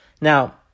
Now